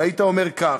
והיית אומר כך,